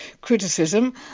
criticism